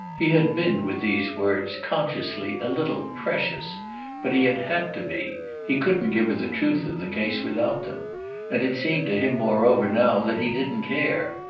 he had been, with these words, consciously a little precious but he had had to be he couldn't give her the truth of the case without them and it seemed to him moreover now that he didn't care.